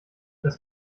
das